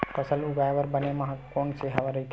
फसल उगाये बर बने माह कोन से राइथे?